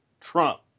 Trump